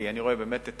כי אני רואה את העתיד